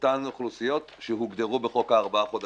אותן אוכלוסיות שהוגדרו בחוק הארבעה חודשים.